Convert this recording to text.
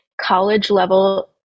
college-level